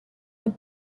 but